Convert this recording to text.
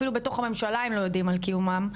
אפילו בתוך הממשלה הם לא יודעים על קיומם,